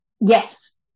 yes